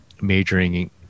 majoring